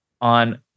on